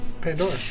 Pandora